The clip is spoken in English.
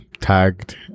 tagged